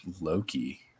loki